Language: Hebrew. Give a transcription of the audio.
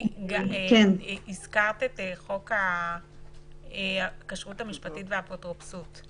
הזכרת את חוק הכשרות המשפטית והאפוטרופסות.